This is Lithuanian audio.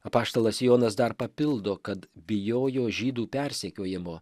apaštalas jonas dar papildo kad bijojo žydų persekiojimo